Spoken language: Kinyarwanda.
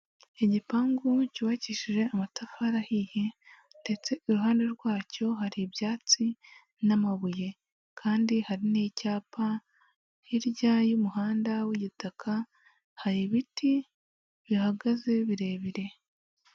Igipangu cyubakishije amatafari ahiye ndetse iruhande rwacyo hari ibyatsi n'amabuye kandi hari n'icyapa hirya y'umuhanda w'igitaka hari ibiti bihagaze birebire.